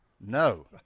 No